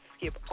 skip